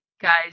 Guys